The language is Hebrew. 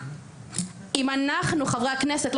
אם אנחנו חברי הכנסת,